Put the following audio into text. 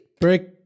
break